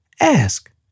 ask